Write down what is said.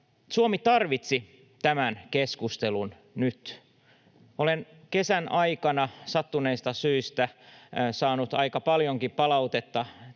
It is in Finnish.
Suomi tarvitsi tämän keskustelun nyt. Olen kesän aikana sattuneista syistä saanut aika paljonkin palautetta